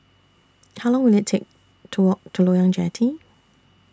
How Long Will IT Take to Walk to Loyang Jetty